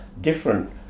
different